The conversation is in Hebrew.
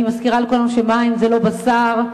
אני מזכירה לכולנו שמים זה לא בשר,